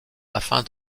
afin